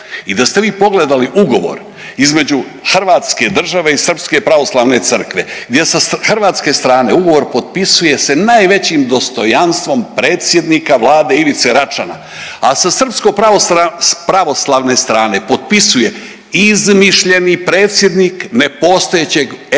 i da ste vi pogledali ugovor između hrvatske države i Srpske pravoslavne crkve gdje sa hrvatske strane ugovor potpisuje sa najvećim dostojanstvom predsjednika Vlade Ivice Račana, a sa srpsko-pravoslavne strane potpisuje izmišljeni predsjednik nepostojećeg